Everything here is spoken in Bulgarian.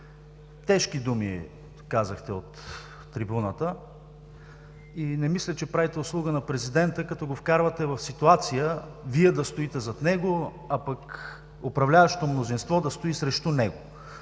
тежки думи казахте от трибуната. Не мисля, че правите услуга на президента, като го вкарвате в ситуация Вие да стоите зад него, а управляващото мнозинство да стои срещу него.